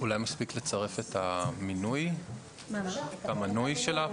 אולי מספיק לצרף את המינוי של האפוטרופוס?